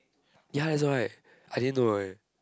ya that's why I didn't know eh